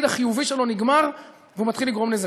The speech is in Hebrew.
החיובי שלו נגמר והוא מתחיל לגרום נזקים,